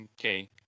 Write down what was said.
Okay